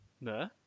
no